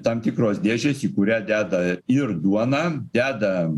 tam tikros dėžės į kurią deda ir duoną deda